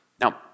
Now